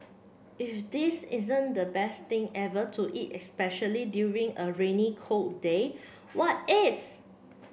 if this isn't the best thing ever to eat especially during a rainy cold day what is